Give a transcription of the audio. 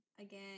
again